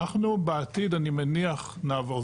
אנחנו בעתיד אני מניח נעבור,